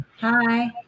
Hi